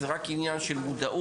זה רק עניין של מודעות,